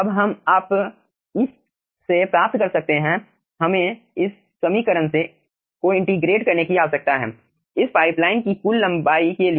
अब आप इस से प्राप्त कर सकते हैं हमें इस समीकरण को इंटेग्रटे करने की आवश्यकता है इस पाइपलाइन की कुल लंबाई के लिए